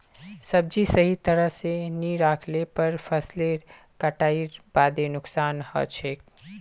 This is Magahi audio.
सब्जी सही तरह स नी राखले पर फसलेर कटाईर बादे नुकसान हछेक